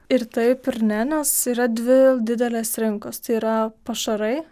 ir taip ir ne nes yra dvi didelės rinkos tai yra pašarai